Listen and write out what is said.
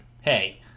Hey